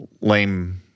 Lame